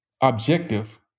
objective